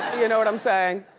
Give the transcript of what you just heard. you know what i'm sayin'?